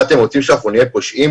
מה, אתם רוצים שאנחנו נהיה פושעים?